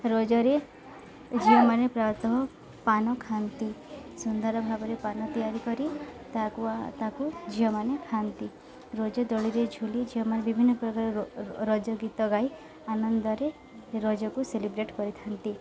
ରଜରେ ଝିଅମାନେ ପ୍ରାୟତଃ ପାନ ଖାଆନ୍ତି ସୁନ୍ଦର ଭାବରେ ପାନ ତିଆରି କରି ତାକୁ ତାକୁ ଝିଅମାନେ ଖାଆନ୍ତି ରଜ ଦୋଳିରେ ଝୁଲି ଝିଅମାନେ ବିଭିନ୍ନ ପ୍ରକାର ର ରଜ ଗୀତ ଗାଇ ଆନନ୍ଦରେ ରଜକୁ ସେଲିବ୍ରେଟ କରିଥାନ୍ତି